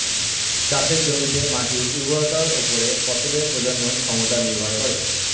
চাষের জমিতে মাটির উর্বরতার উপর ফসলের প্রজনন ক্ষমতা নির্ভর করে